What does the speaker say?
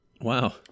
Wow